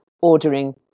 ordering